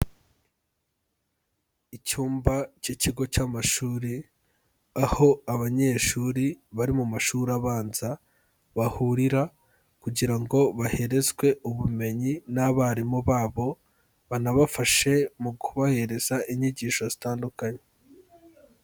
Icyumba cy'ikigo cy'amashuri, aho abanyeshuri bari mu mashuri abanza bahurira, kugira ngo baherezwe ubumenyi n'abarimu babo, banabafashe mu kubahereza inyigisho zitandukanye.